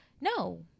no